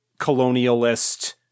colonialist